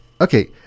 Okay